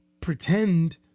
pretend